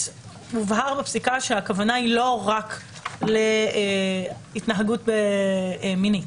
מובהר בפסיקה שהכוונה היא לא רק להתנהגות מינית,